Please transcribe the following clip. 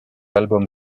album